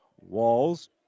Walls